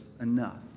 enough